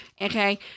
Okay